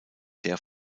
der